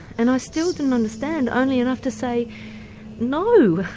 and i still didn't understand, only enough to say no!